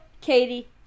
Katie